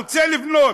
רוצה לבנות,